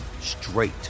straight